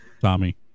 Tommy